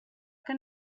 que